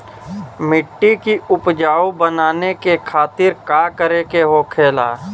मिट्टी की उपजाऊ बनाने के खातिर का करके होखेला?